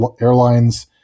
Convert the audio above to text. airlines